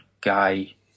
Gay